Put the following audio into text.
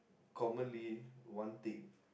commonly one thing